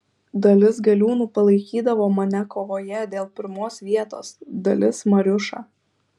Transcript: dalis galiūnų palaikydavo mane kovoje dėl pirmos vietos dalis mariušą